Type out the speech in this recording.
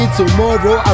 tomorrow